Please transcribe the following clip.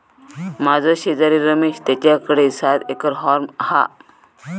माझो शेजारी रमेश तेच्याकडे सात एकर हॉर्म हा